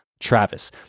Travis